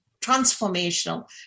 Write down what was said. transformational